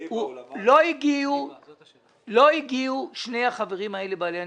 לישיבה לא הגיעו שני החברים בעלי הניסיון.